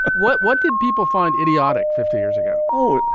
what what did people find idiotic fifty years ago? oh,